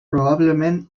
probablement